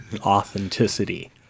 authenticity